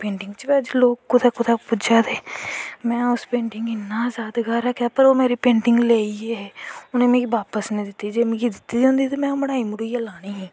painting च गै लोग कुदै कुदै पुज्जा दे में उस पेंटिंग गी इन्नां याद रक्केआ पर ओह् पेंटिंग लेई गे हे मिगी उनैं बापस नेंई दित्ती जे दित्ती दी होंदी ही ते में मटाई मटुइयै लैनी ही